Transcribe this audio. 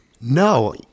No